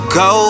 go